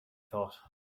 thought